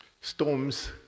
Storms